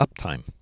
Uptime